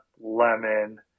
lemon